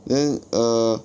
then err